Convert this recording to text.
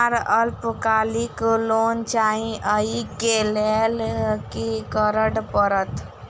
हमरा अल्पकालिक लोन चाहि अई केँ लेल की करऽ पड़त?